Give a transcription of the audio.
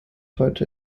heute